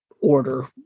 order